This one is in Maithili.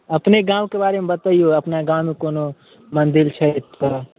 अपने गामके बारेमे बतैऔ अपना गाममे कोनो मन्दिर छै तऽ